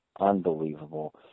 Unbelievable